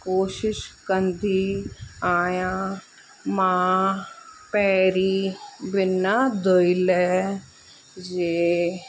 कोशिश कंदी आहियां मां पहिरीं बिना दुहिल जे